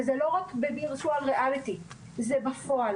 וזה לא רק בוירטואל ריאליטי, זה בפועל.